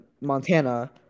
Montana